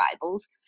Bibles